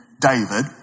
David